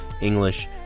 English